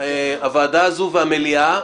הוועדה הזו והמליאה,